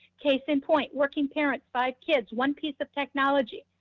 case in point, working parents, five kids, one piece of technology.